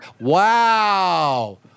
Wow